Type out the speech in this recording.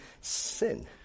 sin